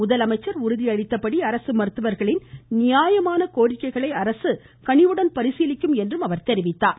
முதலமைச்சர் உறுதி அளித்தபடி அரசு மருத்துவர்களின் நியாயமான கோரிக்கைகளை அரசு கனிவுடன் பரிசீலிக்கும் என்றும் அவர் தெரிவித்துள்ளார்